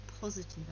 positive